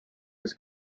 his